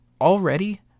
already